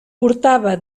portava